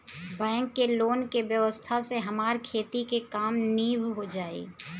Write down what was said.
bank के loan के व्यवस्था से हमार खेती के काम नीभ जाई